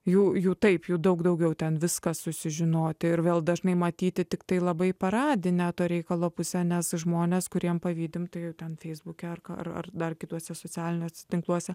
jų jų taip jau daug daugiau ten viskas susižinoti ir vėl dažnai matyti tiktai labai paradinę to reikalo pusę nes žmonės kuriems pavydime tai ten feisbuke ar dar kituose socialiniuose tinkluose